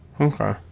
Okay